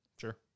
Sure